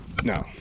No